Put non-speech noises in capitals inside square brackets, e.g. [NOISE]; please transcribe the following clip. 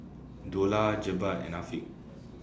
Dollah Jebat and Afiq [NOISE]